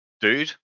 Dude